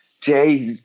Jay